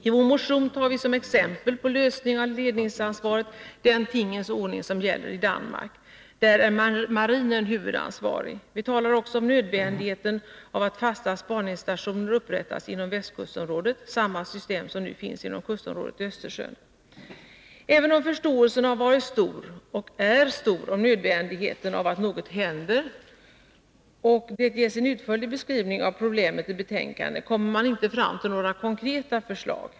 I vår motion tar vi som exempel på lösning av ledningsansvaret den tingens ordning som gäller i Danmark. Där är marinen huvudansvarig. Vi talar också om nödvändigheten av att fasta spaningsstationer upprättas inom västkustområdet, samma system som nu finns inom kustområdet i Östersjön. Även om förståelsen har varit och är stor för nödvändigheten av att något händer och det ges en utförlig beskrivning av problemen i betänkandet, kommer man inte fram till några konkreta förslag.